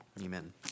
Amen